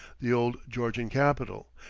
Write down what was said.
the old georgian capital,